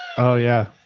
oh yeah.